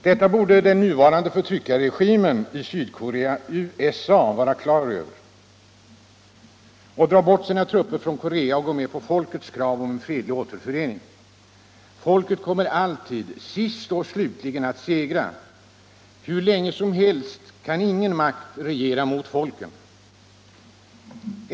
Detta borde den nuvarande förtryckarregimen i Sydkorea, USA, vara på det klara med och dra bort sina trupper från Korea och gå med på folkets krav om en fredlig återförening. Folket kommer alltid, till sist, att segra. Hur länge som helst kan ingen makt regera mot folket.